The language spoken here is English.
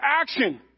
action